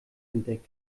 entdeckt